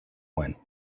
one